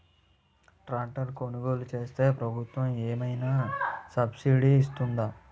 Tractor కొనుగోలు చేస్తే ప్రభుత్వం ఏమైనా సబ్సిడీ ఇస్తుందా?